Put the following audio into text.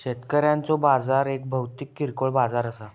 शेतकऱ्यांचो बाजार एक भौतिक किरकोळ बाजार असा